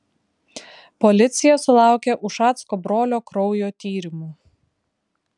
policija sulaukė ušacko brolio kraujo tyrimų